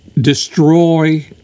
destroy